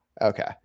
Okay